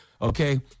Okay